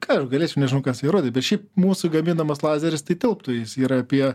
ką aš galėčiau nežinau ką su ja rodyt bet šiaip mūsų gaminamas lazeris tai tilptų jis yra apie